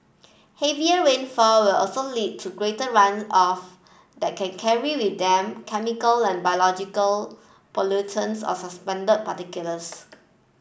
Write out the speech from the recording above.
heavier rainfall will also lead to greater run off that can carry with them chemical and biological pollutants or suspended particles